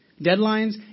Deadlines